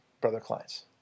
brother-client's